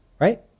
Right